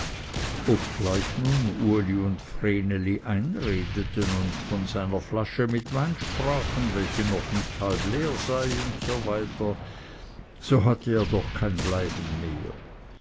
obgleich nun uli und vreneli einredeten und von seiner flasche mit wein sprachen welche noch nicht halb leer sei usw so hatte er doch kein bleiben mehr